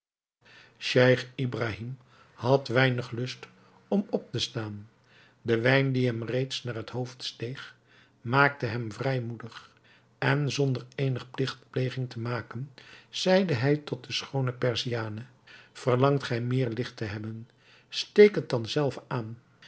scheich ibrahim had weinig lust om op te staan de wijn die hem reeds naar het hoofd steeg maakte hem vrijmoedig en zonder eenige pligtplegingen te maken zeide hij tot de schoone perziane verlangt gij meer licht te hebben steek het dan zelve aan